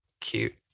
cute